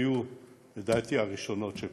היו לדעתי הראשונות שפגעו,